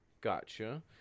Gotcha